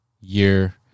year